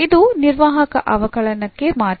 ಇದು ನಿರ್ವಾಹಕ ಅವಕಲನಕ್ಕೆ ಮಾತ್ರ